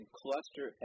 cluster